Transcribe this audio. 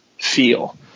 feel